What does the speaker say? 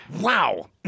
Wow